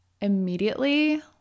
immediately